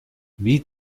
wie